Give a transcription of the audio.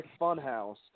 Funhouse